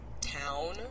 town